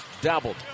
Doubled